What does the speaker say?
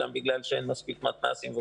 גם בגלל שאין מספיק מתנ"סים.